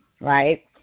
right